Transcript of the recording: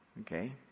Okay